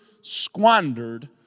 squandered